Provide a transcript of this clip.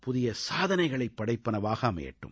புதிய சாதனைகளை படைப்பவையாக அமையட்டும்